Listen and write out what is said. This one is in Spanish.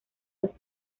los